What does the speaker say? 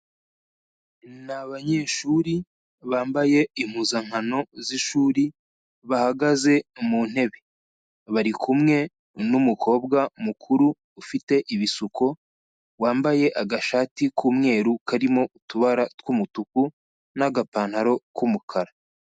Ni abanyeshuri bambaye impuzankano z'ishuri bahagaze mu ntebe. Bari kumwe n'umukobwa mukuru ufite ibisuko wambaye agashati k'umweru karimo utubara tw'umutuku n'agapantaro k'umukara.